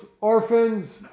orphans